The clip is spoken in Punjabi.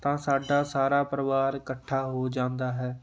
ਤਾਂ ਸਾਡਾ ਸਾਰਾ ਪਰਿਵਾਰ ਇਕੱਠਾ ਹੋ ਜਾਂਦਾ ਹੈ